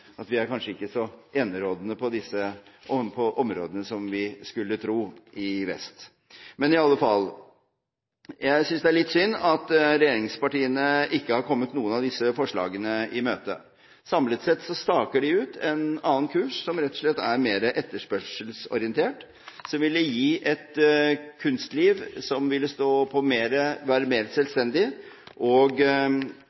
at vi i vest ikke er så enerådende på disse områdene som vi skulle tro. Men i alle fall: Jeg synes det er litt synd at regjeringspartiene ikke har kommet noen av disse forslagene i møte. Samlet sett staker de ut en annen kurs som rett og slett er mer etterspørselsorientert, som ville gi et mer selvstendig kunstliv, og slik sett være mer